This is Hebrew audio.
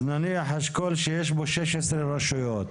אז נניח אשכול שיש בו 16 רשויות,